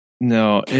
No